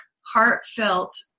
heartfelt